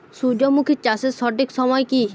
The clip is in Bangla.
সূর্যমুখী চাষের সঠিক সময় কি?